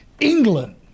England